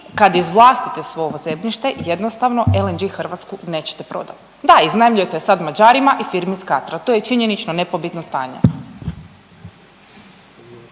kad izvlastite svo ovo zemljište jednostavno LNG Hrvatsku nećete prodati. Da, iznajmljujete sad Mađarima i firmi iz Katra, to je činjenično nepobitno stanje.